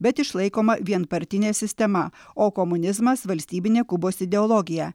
bet išlaikoma vienpartinė sistema o komunizmas valstybinė kubos ideologija